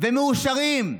והם מאושרים.